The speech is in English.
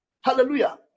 Hallelujah